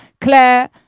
Claire